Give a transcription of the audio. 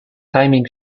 timing